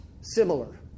similar